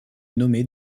nommés